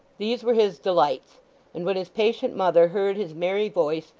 these were his delights and when his patient mother heard his merry voice,